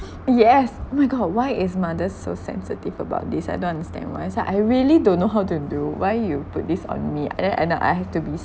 yes oh my god why is mothers so sensitive about this I don't understand why I say I really don't know how to do why you put this on me and then I have to be